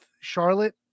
Charlotte